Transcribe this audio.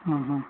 हाँ हाँ